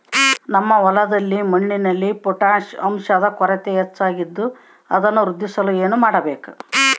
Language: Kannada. ನಮ್ಮ ಹೊಲದ ಮಣ್ಣಿನಲ್ಲಿ ಪೊಟ್ಯಾಷ್ ಅಂಶದ ಕೊರತೆ ಹೆಚ್ಚಾಗಿದ್ದು ಅದನ್ನು ವೃದ್ಧಿಸಲು ಏನು ಮಾಡಬೇಕು?